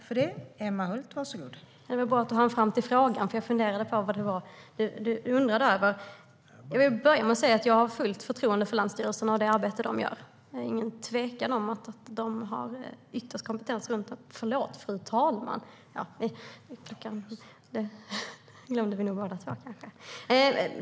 Fru talman! Det var bra att du hann fram till frågan, Ola Johansson, för jag funderade på vad det var du undrade över. Jag vill börja med att säga att jag har fullt förtroende för länsstyrelserna och det arbete de gör. Det råder ingen tvekan om den kompetens som finns där.